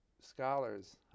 scholars